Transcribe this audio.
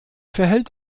verhält